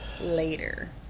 later